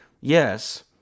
yes